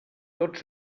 tots